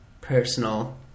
personal